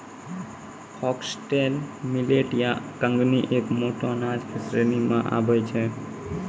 foxtail millet या कंगनी एक मोटो अनाज के श्रेणी मॅ आबै छै